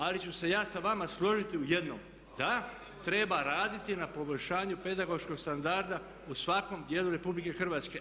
Ali ću se ja sa složiti u jednom, da treba raditi na poboljšanju pedagoškog standarda u svakom djelu RH.